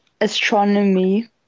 astronomy